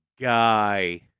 guy